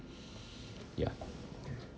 ya